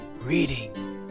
reading